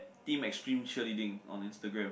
team extreme cheerleading on Instagram